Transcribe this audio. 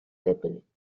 zeppelin